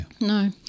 No